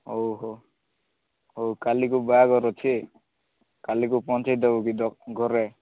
ଓ ହୋ ହଉ କାଲିକୁ ବାହାଘର ଅଛି କାଲିକୁ ପହଁଚେଇ ଦେବ କି ଘରେ